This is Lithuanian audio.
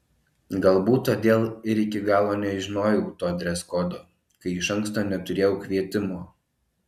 galbūt todėl ir iki galo nežinojau to dreskodo kai iš anksto neturėjau kvietimo